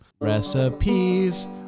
Recipes